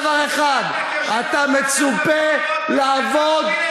מי הזכיר אותו?